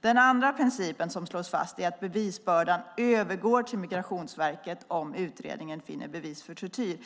Den andra principen är att bevisbördan övergår till Migrationsverket om utredningen finner bevis för tortyr.